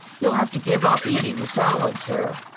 you'll have to give up eating the salad, sir.